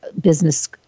Business